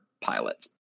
pilots